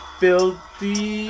filthy